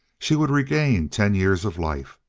she would regain ten years of life.